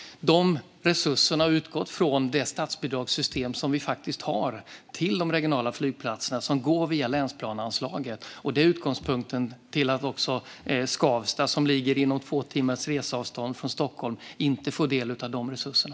Dessa resurser har utgått från det statsbidragssystem som vi har för de regionala flygplatserna och som går via länsplaneanslaget. Detta är utgångspunkten för att Skavsta, som ligger inom två timmars reseavstånd från Stockholm, inte får del av resurserna.